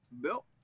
Bill